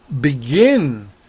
begin